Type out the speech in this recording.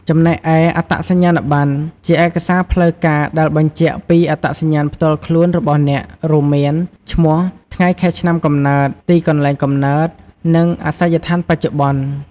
ចំណែកឯ អត្តសញ្ញាណប័ណ្ណ ជាឯកសារផ្លូវការដែលបញ្ជាក់ពីអត្តសញ្ញាណផ្ទាល់ខ្លួនរបស់អ្នក រួមមាន ឈ្មោះ ថ្ងៃខែឆ្នាំកំណើត ទីកន្លែងកំណើត និងអាសយដ្ឋានបច្ចុប្បន្ន។